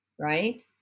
right